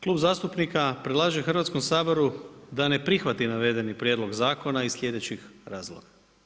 Klub zastupnika predlaže Hrvatskom saboru da ne prihvati navedeni prijedlog zakona iz slijedećih razloga.